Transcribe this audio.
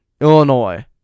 Illinois